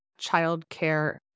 childcare